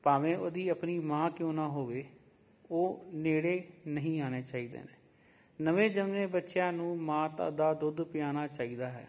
ਭਾਵੇਂ ਉਹਦੀ ਆਪਣੀ ਮਾਂ ਕਿਉਂ ਨਾ ਹੋਵੇ ਉਹ ਨੇੜੇ ਨਹੀਂ ਆਉਣੇ ਚਾਹੀਦੇ ਨੇ ਨਵੇਂ ਜਨਮੇ ਬੱਚਿਆਂ ਨੂੰ ਮਾਤਾ ਦਾ ਦੁੱਧ ਪਿਆਣਾ ਚਾਹੀਦਾ ਹੈ